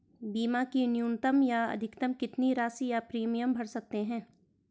बीमा की न्यूनतम या अधिकतम कितनी राशि या प्रीमियम भर सकते हैं?